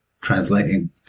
translating